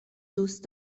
دوست